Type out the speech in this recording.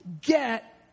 get